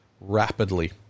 rapidly